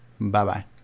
Bye-bye